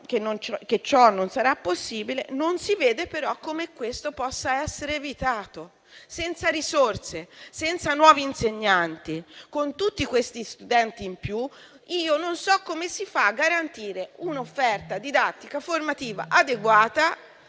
che ciò non sarà possibile. Non si vede però come questo possa essere evitato. Senza risorse, senza nuovi insegnanti e con tutti questi studenti in più, non so come si farà a garantire un'offerta didattica formativa adeguata